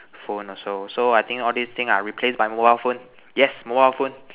phone also so I think all these things are replaced by mobile phone yes mobile phone